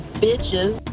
bitches